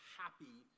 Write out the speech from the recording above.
happy